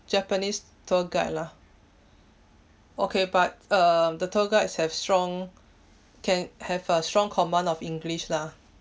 japanese tour guide lah okay but um the tour guides have strong can have a strong command of english lah